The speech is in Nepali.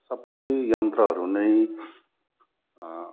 सबै यन्त्रहरू नै